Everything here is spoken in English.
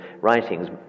writings